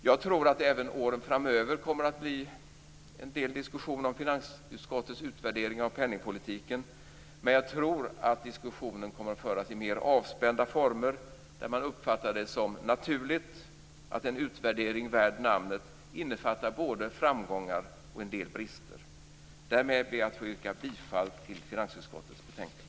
Jag tror att det även åren framöver kommer att bli en del diskussion om finansutskottets utvärdering av penningpolitiken. Men jag tror att diskussionen kommer att föras i mer avspända former där man uppfattar det som naturligt att en utvärdering värd namnet innefattar både framgångar och en del brister. Därmed ber jag att få yrka bifall till hemställan i finansutskottets betänkande.